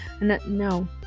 No